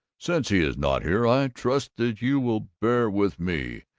since he is not here, i trust that you will bear with me